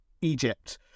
Egypt